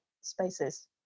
spaces